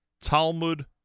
Talmud